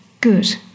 good